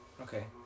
Okay